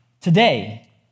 today